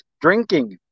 drinking